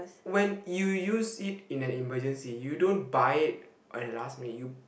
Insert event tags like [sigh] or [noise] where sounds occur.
when you use it in an emergency you don't buy it [noise] at the last minute